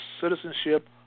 citizenship